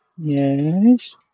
Yes